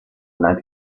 night